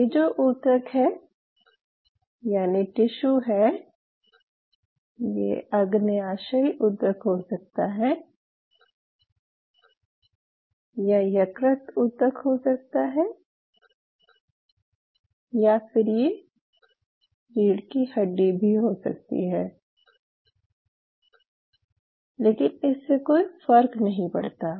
ये जो ऊतक है यानि टिश्यू है ये अग्नाशयी ऊतक हो सकता है या यकृत ऊतक हो सकता है या फिर ये रीढ़ की हड्डी भी हो सकती है लेकिन इससे कोई फर्क नहीं पड़ता